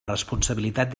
responsabilitat